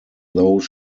though